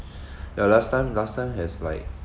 ya last time last time has like